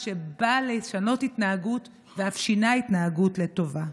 שבא לשנות התנהגות ואף שינה התנהגות לטובה.